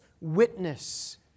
witness